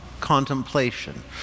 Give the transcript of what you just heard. contemplation